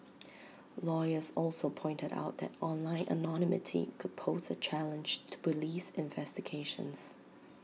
lawyers also pointed out that online anonymity could pose A challenge to Police investigations